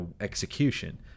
execution